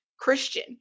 Christian